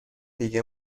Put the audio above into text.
دیگه